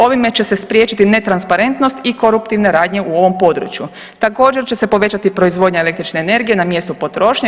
Ovime će se spriječiti netransparentnost i koruptivne radnje u ovom području Također će se povećati proizvodnja električne energije na mjestu potrošnje.